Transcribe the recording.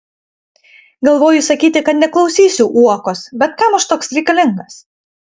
galvoju sakyti kad neklausysiu uokos bet kam aš toks reikalingas